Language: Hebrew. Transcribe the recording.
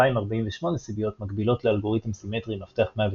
2048 סיביות מקבילות לאלגוריתם סימטרי עם מפתח 112